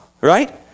right